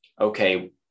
okay